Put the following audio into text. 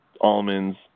almonds